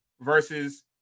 versus